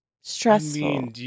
stressful